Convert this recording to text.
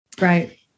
Right